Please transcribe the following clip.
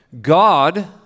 God